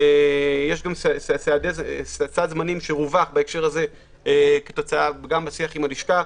סד זמנים שרווח כתוצאה מהשיח עם הלשכה.